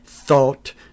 thought